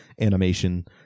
animation